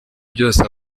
byose